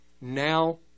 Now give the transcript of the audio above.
now